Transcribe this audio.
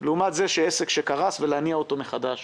ועל העמידה שלכם בלוחות הזמנים.